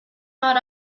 not